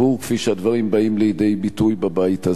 כפי שהדברים באים לידי ביטוי בבית הזה.